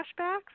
flashbacks